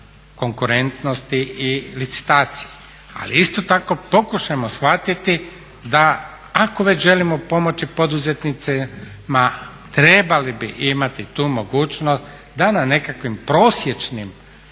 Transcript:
konkurentnosti i licitaciji ali isto tako pokušajmo shvatiti da ako već želimo pomoći poduzetnicima trebali bi imati tu mogućnost da na nekakvim prosječnim